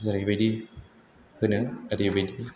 जेरैबायदि होनो ओरैबायदि